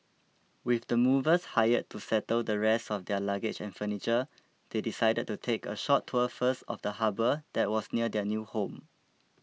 with the movers hired to settle the rest of their luggage and furniture they decided to take a short tour first of the harbour that was near their new home